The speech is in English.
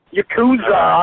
Yakuza